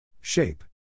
Shape